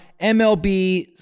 MLB